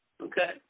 Okay